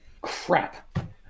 Crap